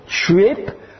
trip